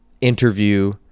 interview